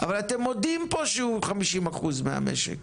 אבל אתם מודים שהוא מהווה 50% מהמשק.